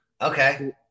Okay